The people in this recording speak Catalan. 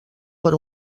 per